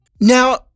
now